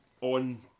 on